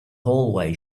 hallway